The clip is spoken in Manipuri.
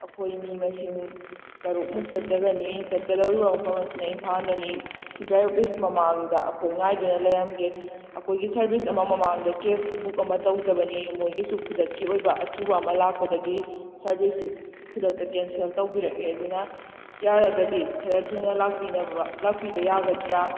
ꯑꯩꯈꯣꯏ ꯃꯤ ꯃꯁꯤꯡ ꯇꯔꯨꯛꯃꯨꯛ ꯆꯠꯆꯒꯅꯤ ꯆꯠꯀꯗꯧꯔꯤꯕ ꯃꯐꯝ ꯑꯁꯤꯅ ꯏꯝꯐꯥꯜꯗꯅꯤ ꯁꯤꯐꯥꯏ ꯑꯣꯐꯤꯁ ꯃꯃꯥꯡꯗ ꯑꯩꯈꯣꯏ ꯉꯥꯏꯗꯨꯅ ꯂꯩꯔꯝꯒꯦ ꯑꯩꯈꯣꯏꯒꯤ ꯁꯥꯔꯕꯤꯁ ꯑꯃ ꯃꯃꯥꯡꯗ ꯀꯦꯕ ꯕꯨꯛ ꯑꯃ ꯇꯧꯖꯕꯅꯤ ꯃꯣꯏꯒꯤꯁꯨ ꯈꯨꯗꯛꯀꯤ ꯑꯣꯏꯕ ꯑꯊꯨꯕ ꯑꯃ ꯂꯥꯛꯄꯗꯒꯤ ꯁꯥꯔꯕꯤꯁꯁꯤ ꯈꯨꯗꯛꯇ ꯀꯦꯟꯁꯦꯜ ꯇꯧꯕꯤꯔꯛꯑꯦ ꯑꯗꯨꯅ ꯌꯥꯔꯒꯗꯤ ꯈꯔ ꯊꯨꯅ ꯂꯥꯛꯄꯤꯅꯕ ꯂꯥꯛꯄꯤꯕ ꯌꯥꯒꯗ꯭ꯔꯥ